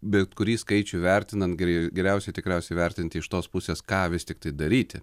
bet kurį skaičių vertinant gali geriausiai tikriausiai vertinti iš tos pusės ką vis tiktai daryti